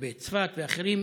לגבי צפת ואחרים,